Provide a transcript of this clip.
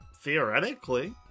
Theoretically